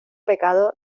pecado